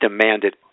demanded